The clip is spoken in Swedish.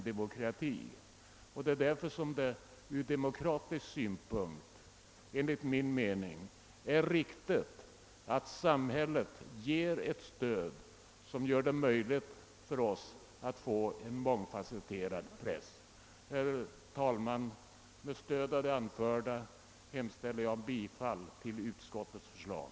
Det är därför som det ur demokratisk synpunkt enligt min mening är riktigt att samhället ger ett stöd som gör det möjligt för oss att få en mångfasetterad press. Herr talman! Med stöd av det anförda hemställer jag om bifall till utskottets förslag.